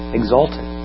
exalted